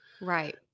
right